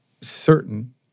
certain